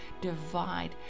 divide